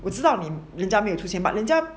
我知道你人家没有 but 人家